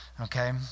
okay